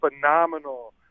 phenomenal